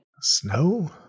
Snow